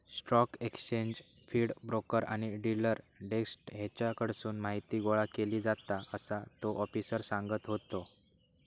stock exchange feed, broker आणि dealer desk हेच्याकडसून माहीती गोळा केली जाता, असा तो आफिसर सांगत होतो